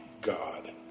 God